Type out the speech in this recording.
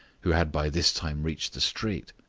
who had by this time reached the street.